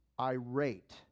irate